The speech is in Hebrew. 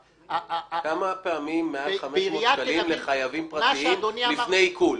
כמה פעמים מעל 500 שקלים לחייבים פרטיים לפני עיקול?